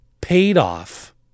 paid-off